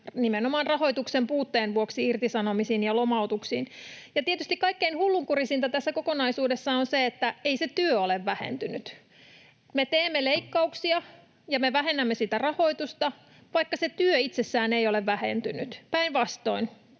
nimenomaan rahoituksen puutteen vuoksi irtisanomisiin ja lomautuksiin. Ja tietysti kaikkein hullunkurisinta tässä kokonaisuudessa on se, että ei se työ ole vähentynyt. Me teemme leikkauksia, ja me vähennämme sitä rahoitusta, vaikka se työ itsessään ei ole vähentynyt, päinvastoin.